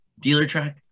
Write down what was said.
DealerTrack